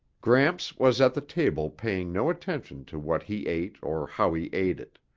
gramps was at the table paying no attention to what he ate or how he ate it.